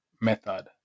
method